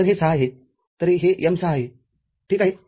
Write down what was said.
तरहे ६ आहे तरहे m६ आहे ठीक आहे